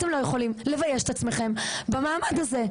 אתם לא יכולים לבייש את עצמכם במעמד הזה.